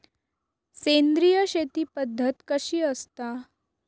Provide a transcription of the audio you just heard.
सेंद्रिय शेती पद्धत कशी असता?